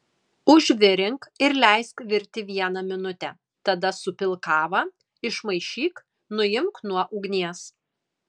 užvirink ir leisk virti vieną minutę tada supilk kavą išmaišyk nuimk nuo ugnies